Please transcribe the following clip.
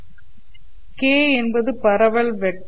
K' என்பது பரவல் vector